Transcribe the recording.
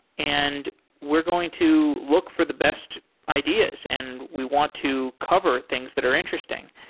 and we're going to look for the best ideas and we want to cover things that are interesting,